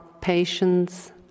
patience